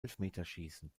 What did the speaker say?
elfmeterschießen